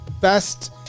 best